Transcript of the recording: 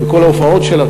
בכל ההופעות שלה,